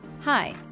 Hi